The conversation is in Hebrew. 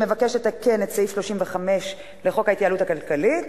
שמבקש לתקן את סעיף 35 לחוק ההתייעלות הכלכלית